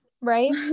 Right